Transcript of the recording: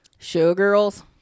Showgirls